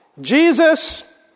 Jesus